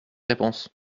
réponses